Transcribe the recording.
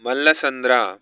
Mallasandra